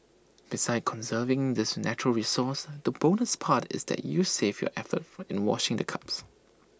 besides conserving this natural resource the bonus part is that you save your effort in washing the cups